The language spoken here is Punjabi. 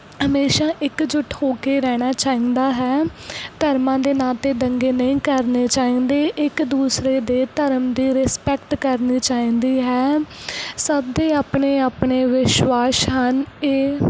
ਹਮੇਸ਼ਾ ਇਕਜੁੱਟ ਹੋ ਕੇ ਰਹਿਣਾ ਚਾਹੀਦਾ ਹੈ ਧਰਮਾਂ ਦੇ ਨਾਂ 'ਤੇ ਦੰਗੇ ਨਹੀਂ ਕਰਨੇ ਚਾਹੀਦੇ ਇੱਕ ਦੂਸਰੇ ਦੇ ਧਰਮ ਦੀ ਰਿਸਪੈਕਟ ਕਰਨੀ ਚਾਹੀਦੀ ਹੈ ਸਭ ਦੇ ਆਪਣੇ ਆਪਣੇ ਵਿਸ਼ਵਾਸ ਹਨ ਇਹ